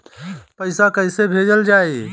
पैसा कैसे भेजल जाइ?